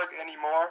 anymore